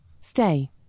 Stay